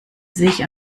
sich